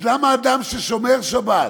אז למה אדם ששומר שבת,